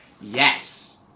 Yes